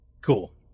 Cool